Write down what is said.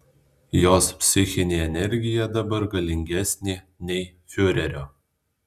jos psichinė energija dabar galingesnė nei fiurerio